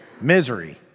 misery